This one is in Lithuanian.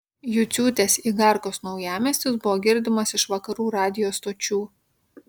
juciūtės igarkos naujamiestis buvo girdimas iš vakarų radijo stočių